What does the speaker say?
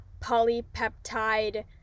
polypeptide